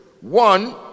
One